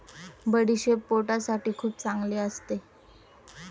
बडीशेप पोटासाठी खूप चांगली असते